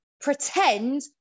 pretend